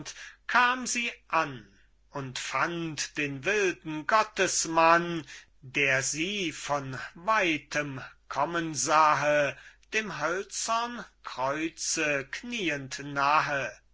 kam sie an und fand den wilden gottesmann der sie von weitem kommen sahe dem hölzern kreuze knieend nahe